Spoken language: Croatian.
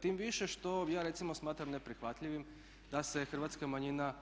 Tim više što ja recimo smatram neprihvatljivim da se hrvatska manjina